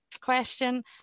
question